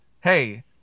hey